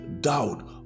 doubt